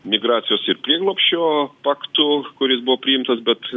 migracijos ir prieglobsčio faktu kuris buvo priimtas bet